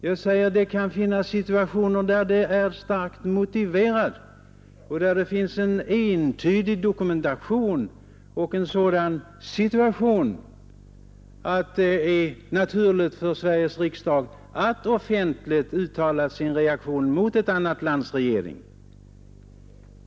Jag säger att det kan finnas tillfällen där det är starkt motiverat och där det finns en entydig dokumentation och en sådan situation att det är naturligt för Sveriges riksdag att offentligt uttala sin reaktion mot ett annat lands regering.